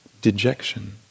dejection